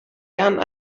gerne